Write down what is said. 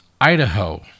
Idaho